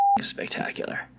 spectacular